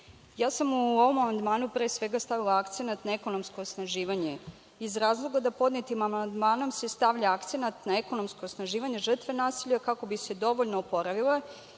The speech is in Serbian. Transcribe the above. sam u ovom amandmanu pre svega stavila akcenat na ekonomsko osnaživanje iz razloga da podnetim amandmanom se stavlja akcenat na ekonomsko osnaživanje žrtve nasilja kako bi se dovoljno oporavila